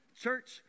church